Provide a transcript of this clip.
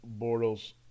Bortles